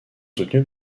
soutenu